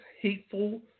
hateful